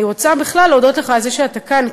אני רוצה בכלל להודות לך על זה שאתה כאן,